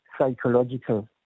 psychological